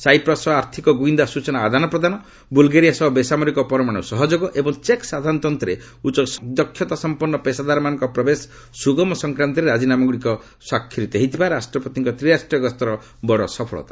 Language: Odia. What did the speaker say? ସାଇପ୍ରସ୍ ସହ ଆର୍ଥକ ଗୁଇନ୍ଦା ସୂଚନା ଆଦାନ ପ୍ରଦାନ ବୁଲ୍ଗେରିଆ ସହ ବେସାମରିକ ପରମାଣ୍ର ସହଯୋଗ ଏବଂ ଚେକ୍ ସାଧାରଣତନ୍ତରେ ଉଚ୍ଚ ଦକ୍ଷତାସମ୍ପନ୍ନ ପେସାଦାରମାନଙ୍କ ପ୍ରବେଶ ସ୍ରଗମ ସଂକ୍ରାନ୍ତରେ ରାଜିନାମାଗ୍ରଡ଼ିକ ସ୍ୱାକ୍ଷରିତ ହୋଇଥିବା ରାଷ୍ଟ୍ରପତିଙ୍କ ତ୍ରିରାଷ୍ଟ୍ରୀୟ ଗସ୍ତର ବଡ଼ ସଫଳତା